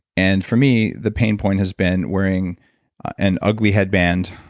and for me, the pain point has been wearing an ugly headband,